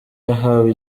yahawe